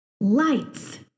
lights